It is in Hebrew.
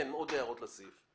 עוד הערות לסעיף.